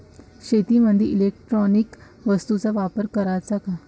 शेतीमंदी इलेक्ट्रॉनिक वस्तूचा वापर कराचा का?